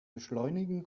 beschleunigen